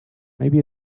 maybe